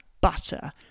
butter